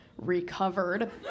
recovered